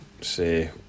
say